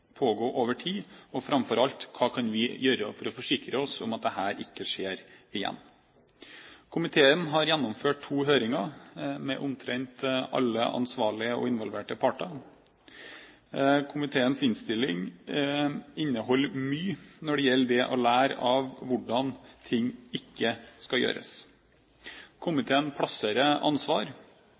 pågå over tid? Og framfor alt: Hva kan vi gjøre for å forsikre oss om at dette ikke skjer igjen? Komiteen har gjennomført to høringer med omtrent alle ansvarlige og involverte parter. Komiteens innstilling inneholder mye når det gjelder det å lære av hvordan ting ikke skal gjøres. Komiteen plasserer ansvar,